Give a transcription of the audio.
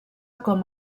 com